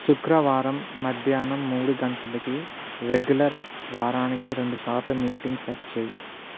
శుక్రవారం మద్యానం మూడు గంటలికి రెగ్యులర్ వారానికి రెండు సార్లు మీటింగ్ సెట్ చెయ్